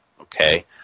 Okay